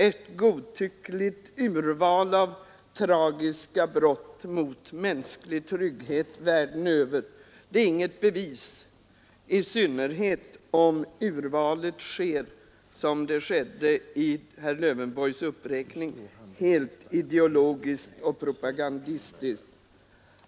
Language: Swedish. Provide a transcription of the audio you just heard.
Ett godtyckligt urval av tragiska brott mot mänsklig trygghet världen över utgör inget bevis — i synnerhet inte om urvalet sker som det skedde i herr Lövenborgs uppräkning, helt ideologiskt och propagandistiskt.